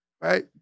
right